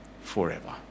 forever